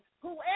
whoever